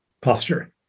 posture